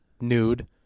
nude